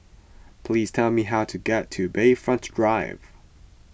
please tell me how to get to Bayfront Drive